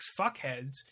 fuckheads